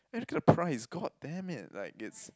and look at the price God damn it like it's